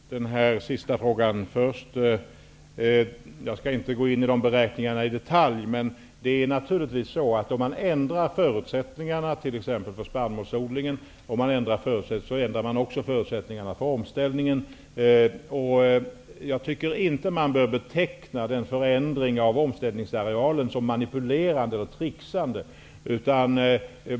Fru talman! Jag vill ta upp den avslutande frågan först. Jag skall inte gå in i detalj i beräkningarna, men om man ändrar förutsättningarna för t.ex. spannmålsodlingen, ändrar man förutsättningarna också för omställningen. Jag tycker inte att förändringen av omställningsarealen behöver betecknas som manipulerande och trixande.